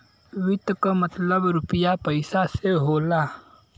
वित्त क मतलब रुपिया पइसा से होला